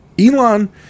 Elon